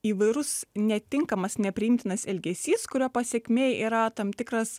įvairus netinkamas nepriimtinas elgesys kurio pasekmė yra tam tikras